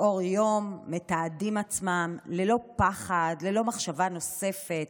לאור יום, מתעדים עצמם, ללא פחד, ללא מחשבה נוספת,